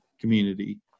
community